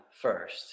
first